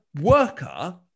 worker